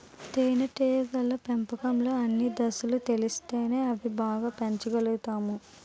తేనేటీగల పెంపకంలో అన్ని దశలు తెలిస్తేనే అవి బాగా పెంచగలుతాము